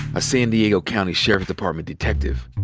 a san diego county sheriff's department detective.